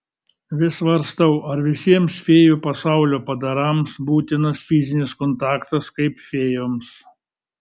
vis svarstau ar visiems fėjų pasaulio padarams būtinas fizinis kontaktas kaip fėjoms